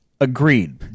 Agreed